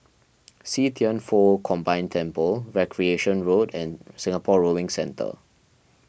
See Thian Foh Combined Temple Recreation Road and Singapore Rowing Centre